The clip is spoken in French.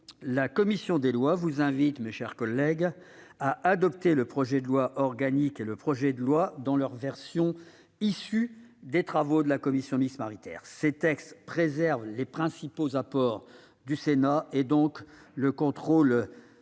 la commission des lois vous invite, mes chers collègues, à adopter le projet de loi organique et le projet de loi dans leur version issue des travaux de la commission mixte paritaire. Ces textes préservent les principaux apports du Sénat et, donc, le contrôle